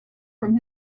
from